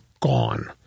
gone